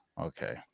Okay